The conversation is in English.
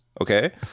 Okay